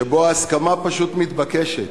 שבו הסכמה פשוט מתבקשת.